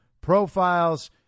profiles